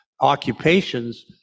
occupations